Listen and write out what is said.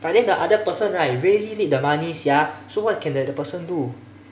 but then the other person right really need the money sia so what can that person do